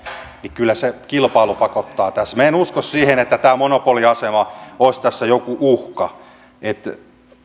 niin kyllä se kilpailu pakottaa tässä minä en usko siihen että tämä monopoliasema olisi tässä joku uhka